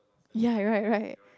ya right right